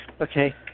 Okay